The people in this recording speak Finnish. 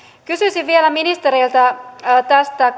kysyisin vielä ministeriltä tästä